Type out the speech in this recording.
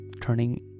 turning